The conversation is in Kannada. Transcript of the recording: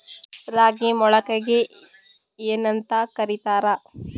ರಾಗಿ ಮೊಳಕೆಗೆ ಏನ್ಯಾಂತ ಕರಿತಾರ?